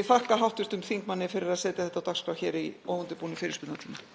Ég þakka hv. þingmanni fyrir að setja þetta á dagskrá hér í óundirbúnum fyrirspurnatíma.